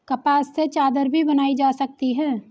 कपास से चादर भी बनाई जा सकती है